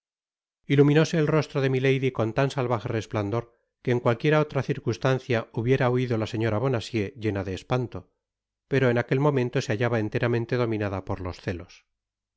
iluminóse el rostro de milady con tan salvaje resplandor que en cualquiera otra circunstancia hubiera huido la señora bonacieux llena de espanto pero en aquel momento se hallaba enteramente dominada por los celos